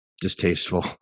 Distasteful